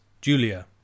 Julia